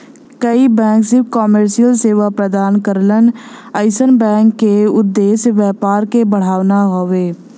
कई बैंक सिर्फ कमर्शियल सेवा प्रदान करलन अइसन बैंक क उद्देश्य व्यापार क बढ़ाना हउवे